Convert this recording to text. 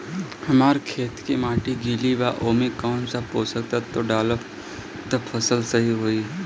हमार खेत के माटी गीली मिट्टी बा ओमे कौन सा पोशक तत्व डालम त फसल सही होई?